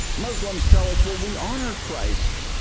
muslims tell us, well, we honor christ,